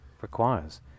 requires